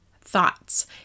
thoughts